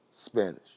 Spanish